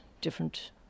different